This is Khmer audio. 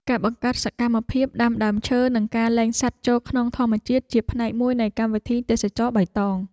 ការបង្កើតសកម្មភាពដាំដើមឈើនិងការលែងសត្វចូលក្នុងធម្មជាតិជាផ្នែកមួយនៃកម្មវិធីទេសចរណ៍បៃតង។